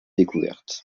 découvertes